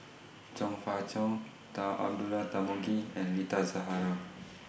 Chong Fah Cheong Dull Abdullah Tarmugi and Rita Zahara